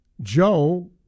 Joe